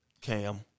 Cam